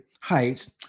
heights